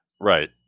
Right